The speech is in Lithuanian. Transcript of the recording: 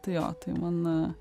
tai jo tai man